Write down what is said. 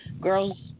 girls